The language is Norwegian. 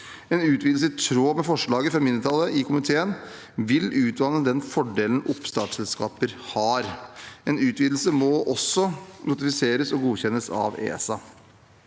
En utvidelse i tråd med forslaget fra mindretallet i komiteen vil utvanne den fordelen oppstartsselskaper har. En utvidelse må også notifiseres og godkjennes av ESA.